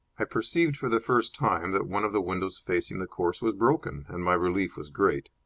i perceived for the first time that one of the windows facing the course was broken, and my relief was great.